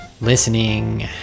listening